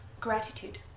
gratitude